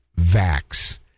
vax